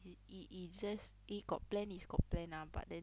it it is just eh got plan is got plan ah but then